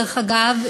דרך אגב,